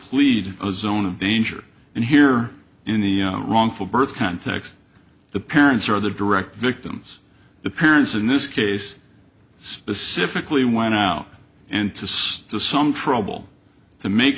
plead a zone of danger and here in the wrongful birth context the parents are the direct victims the parents in this case specifically went out and to some trouble to make